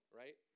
right